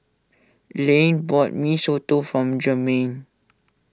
Layne bought Mee Soto from Jermaine